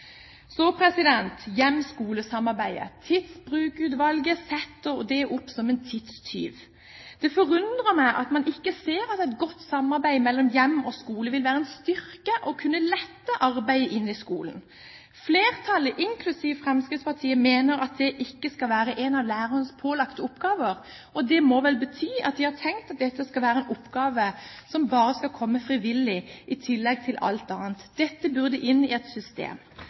Så til hjem–skole-samarbeidet. Tidsbrukutvalget setter det opp som en tidstyv. Det forundrer meg at man ikke ser at et godt samarbeid mellom hjem og skole vil være en styrke og vil kunne lette arbeidet inn i skolen. Flertallet, inklusiv Fremskrittspartiet, mener at det ikke skal være en av lærernes pålagte oppgaver, og det må vel bety at de har tenkt at dette skal være en oppgave som bare skal komme frivillig i tillegg til alt annet. Dette burde inn i et system.